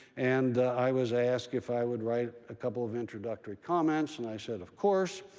and i was asked if i would write a couple of introductory comments, and i said of course.